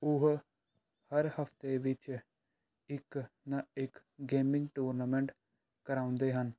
ਉਹ ਹਰ ਹਫਤੇ ਵਿੱਚ ਇੱਕ ਨਾ ਇੱਕ ਗੇਮਿੰਗ ਟੂਰਨਾਮੈਂਟ ਕਰਵਾਉਂਦੇ ਹਨ